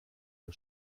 der